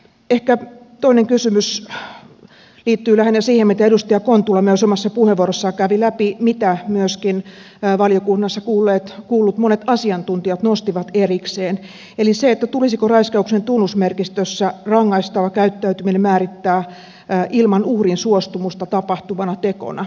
ehkä toinen kysymys liittyy lähinnä siihen mitä edustaja kontula myös omassa puheenvuorossaan kävi läpi ja mitä myöskin valiokunnassa kuullut monet asiantuntijat nostivat erikseen eli siihen tulisiko raiskauksen tunnusmerkistössä rangaistava käyttäytyminen määrittää ilman uhrin suostumusta tapahtuvana tekona